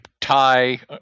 tie